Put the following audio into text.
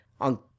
on